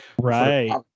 Right